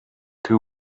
two